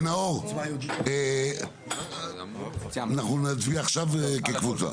נאור, אנחנו נצביע עכשיו כקבוצה.